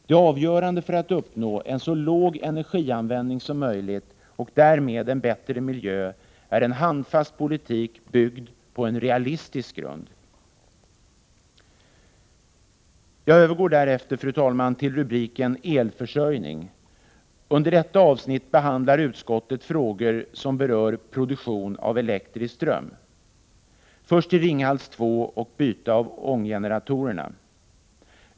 Det avgörande för att uppnå en så låg energianvändning som möjligt och därmed en bättre miljö är en handfast politik, byggd på en realistisk grund. Jag övergår härefter, fru talman, till rubriken elförsörjning. Under detta avsnitt behandlar utskottet frågor som berör produktion av elektrisk ström. Först till Ringhals 2 och byte av ånggeneratorerna.